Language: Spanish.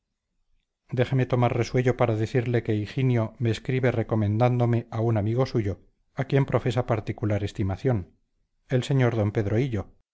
déjeme tomar resuello para decirle que higinio me escribe recomendándome a un amigo suyo a quien profesa particular estimación el dr d pedro